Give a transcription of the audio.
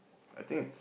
I think it's